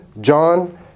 John